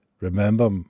Remember